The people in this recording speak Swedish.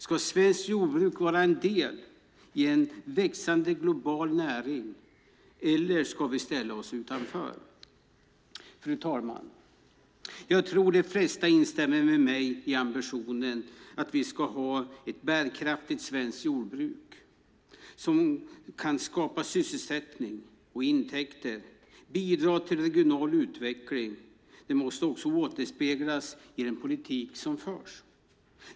Ska svenskt jordbruk vara en del i en växande global näring eller ska vi ställa oss utanför? Fru talman! Jag tror att de flesta instämmer med mig i ambitionen att vi ska ha ett bärkraftigt svenskt jordbruk som kan skapa sysselsättning och intäkter och bidra till regional utveckling. Det måste också återspeglas i den politik som förs.